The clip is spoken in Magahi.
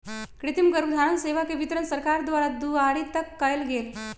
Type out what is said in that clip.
कृतिम गर्भधारण सेवा के वितरण सरकार द्वारा दुआरी तक कएल गेल